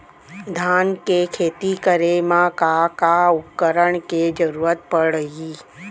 धान के खेती करे मा का का उपकरण के जरूरत पड़हि?